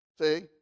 See